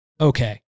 okay